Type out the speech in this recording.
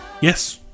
Yes